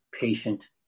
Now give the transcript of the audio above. patient